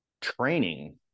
training